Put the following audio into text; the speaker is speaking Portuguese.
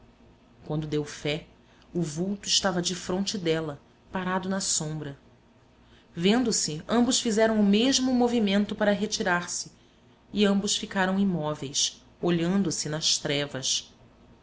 quando deu fé o vulto estava defronte dela parado na sombra vendo-se ambos fizeram o mesmo movimento para retirar-se e ambos ficaram imóveis olhando se nas trevas